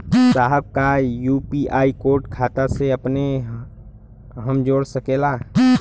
साहब का UPI code खाता से अपने हम जोड़ सकेला?